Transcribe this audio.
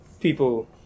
people